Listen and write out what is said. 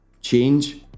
change